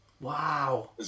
Wow